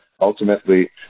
ultimately